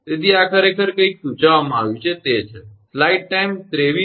તેથી આ ખરેખર કંઈક સૂચવવામાં આવ્યું છે તે છે બરાબર